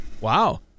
Wow